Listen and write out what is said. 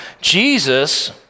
Jesus